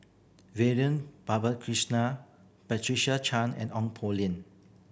Vivian Patricia Chan and Ong Poh